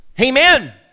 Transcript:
amen